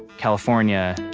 california,